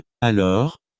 Alors